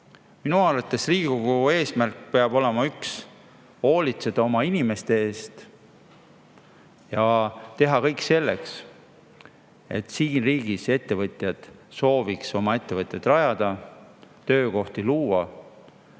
Minu arvates Riigikogu eesmärk peab olema üks: hoolitseda oma inimeste eest ja teha kõik selleks, et siin riigis ettevõtjad sooviks oma ettevõtteid rajada, töökohti luua.